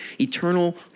eternal